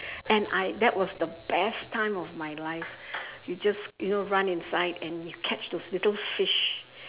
and I that was the best time of my life you just you know run inside and you catch those little fish